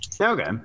Okay